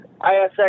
ISX